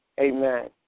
Amen